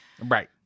Right